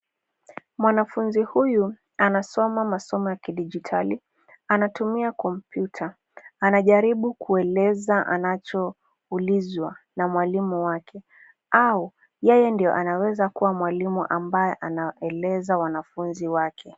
Mwanafunzi huyu anasoma masomo ya kidijitali anatumia komputa anajaribu kueleza anacho ulizwa na mwalimu wake au yeye ndiye anaweza kuwa mwalimu ambaye anaeleza wanafunzi wake.